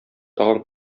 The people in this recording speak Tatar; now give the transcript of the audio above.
тагын